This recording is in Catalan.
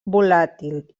volàtil